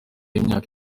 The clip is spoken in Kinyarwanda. y’imyaka